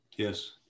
Yes